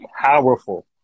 Powerful